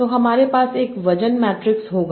तो हमारे पास एक वजन मैट्रिक्स होगा